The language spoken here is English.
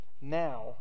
Now